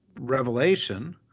revelation